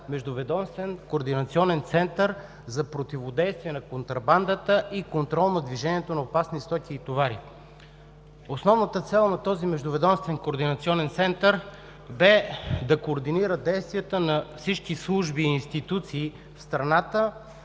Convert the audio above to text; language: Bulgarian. Междуведомствен координационен център за противодействие на контрабандата и контрол на движението на опасни стоки и товари. Основната цел на този Междуведомствен координационен център беше да координира действията на всички служби и институции в страната,